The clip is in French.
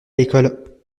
l’école